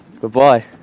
Goodbye